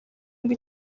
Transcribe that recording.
ngo